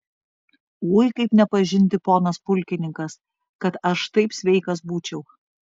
ui kaip nepažinti ponas pulkininkas kad aš taip sveikas būčiau